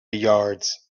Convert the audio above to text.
yards